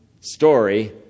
story